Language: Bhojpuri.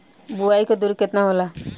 बुआई के दुरी केतना होला?